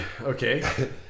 Okay